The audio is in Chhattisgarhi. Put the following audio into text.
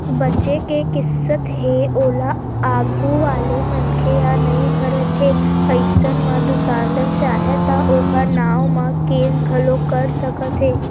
बचें के किस्त हे ओला आघू वाले मनखे ह नइ भरत हे अइसन म दुकानदार चाहय त ओखर नांव म केस घलोक कर सकत हे